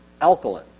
alkaline